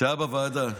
שהיה בוועדה.